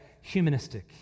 humanistic